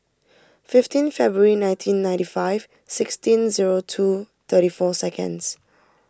fifteen February nineteen ninety five sixteen zero two thirty four seconds